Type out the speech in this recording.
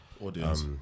audience